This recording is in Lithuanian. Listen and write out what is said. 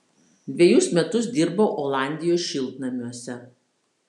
dvejus metus dirbau olandijos šiltnamiuose